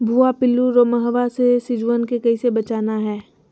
भुवा पिल्लु, रोमहवा से सिजुवन के कैसे बचाना है?